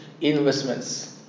investments